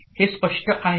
हे स्पष्ट आहे का